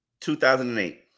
2008